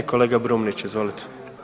Kolega Brumnić, izvolite.